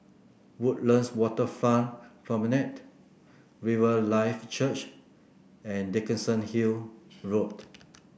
Woodlands Waterfront Promenade Riverlife Church and Dickenson Hill Road